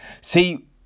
See